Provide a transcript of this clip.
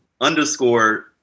underscore